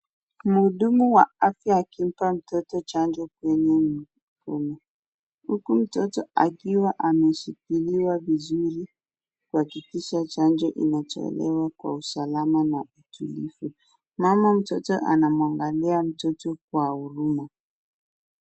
Muhudumu wa afya akimpa mtoto chanjo huku mtoto akiwa ameshikiliwa vizuri kuhakikisha chanjo inatolewa kwa usalama na vilivyo, naona mama anamwangalia mtoto kwa uruma.